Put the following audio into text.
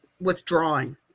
withdrawing